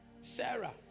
Sarah